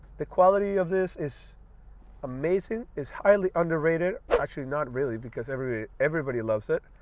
the quality of this is amazing is highly underrated, actually not really because every everybody loves it.